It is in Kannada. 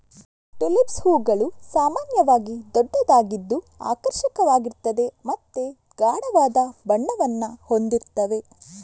ಟುಲಿಪ್ಸ್ ಹೂವುಗಳು ಸಾಮಾನ್ಯವಾಗಿ ದೊಡ್ಡದಾಗಿದ್ದು ಆಕರ್ಷಕವಾಗಿರ್ತವೆ ಮತ್ತೆ ಗಾಢವಾದ ಬಣ್ಣವನ್ನ ಹೊಂದಿರ್ತವೆ